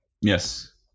Yes